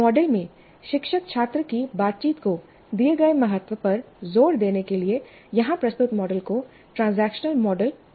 model में शिक्षक छात्र की बातचीत को दिए गए महत्व पर जोर देने के लिए यहां प्रस्तुत मॉडल को ट्रांजेक्शनल मॉडल कहा जाता है